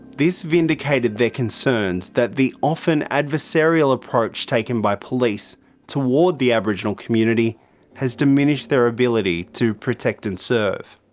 this vindicated their concerns that the often-adversarial approach taken by police toward the aboriginal community has diminished their ability to protect and serve.